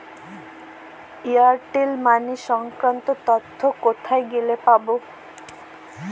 Airtel money সংক্রান্ত তথ্য কোথায় গেলে পাব?